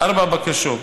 ארבע בקשות: